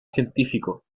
científico